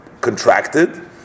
contracted